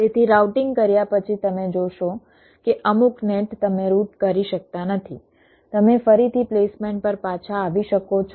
તેથી રાઉટિંગ કર્યા પછી તમે જોશો કે અમુક નેટ તમે રૂટ કરી શકતા નથી તમે ફરીથી પ્લેસમેન્ટ પર પાછા આવી શકો છો